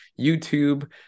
YouTube